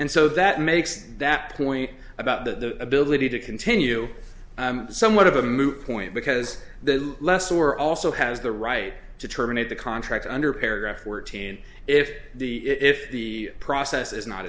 and so that makes that point about the ability to continue somewhat of a moot point because the less were also has the right to terminate the contract under paragraph or teen if the if the process is not